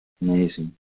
Amazing